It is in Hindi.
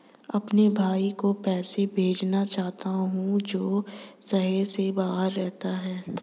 मैं अपने भाई को पैसे भेजना चाहता हूँ जो शहर से बाहर रहता है